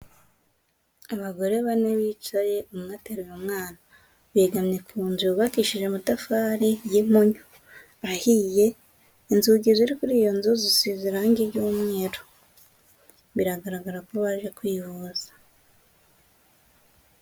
Abagore bane bicaye umwe ateruye umwana, begamye ku nzu yubakishije amatafari ya munyu ahiye, inzugi ziri kuri iyo nzu zisize irange ry'umweru bigaragarako baje kwivuza.